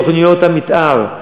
לתוכניות המתאר.